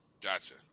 Gotcha